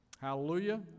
Hallelujah